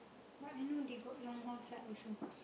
but I know they got long haul flight also